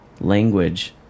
language